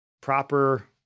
proper